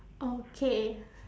okay